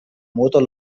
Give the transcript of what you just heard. motor